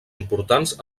importants